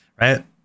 right